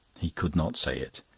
he could not say it.